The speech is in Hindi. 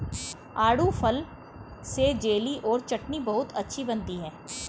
आड़ू फल से जेली और चटनी बहुत अच्छी बनती है